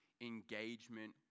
engagement